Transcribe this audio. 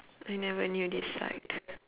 I never knew this side